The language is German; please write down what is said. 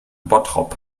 bottrop